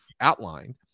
outlined